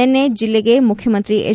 ನಿನ್ನೆ ಜಿಲ್ಲೆಗೆ ಮುಖ್ಚಮಂತ್ರಿ ಎಚ್